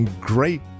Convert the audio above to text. great